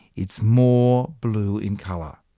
it's more blue in colour.